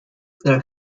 there